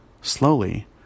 slowly